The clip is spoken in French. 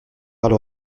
alors